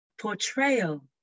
portrayal